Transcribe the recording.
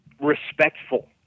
respectful